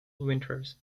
winters